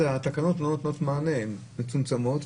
והתקנות לא נותנות מענה והן מצומצמות.